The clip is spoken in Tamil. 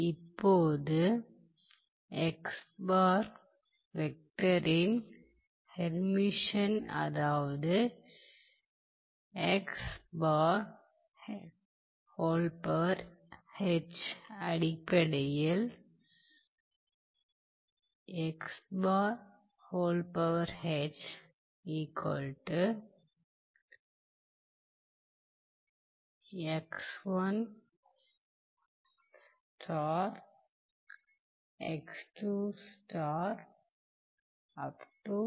இப்போது வெக்டரின் ஹெர்மிஷன் அதாவது அடிப்படையில் க்குச் சமமாகும்